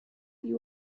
you